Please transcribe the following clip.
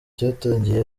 cyatangiye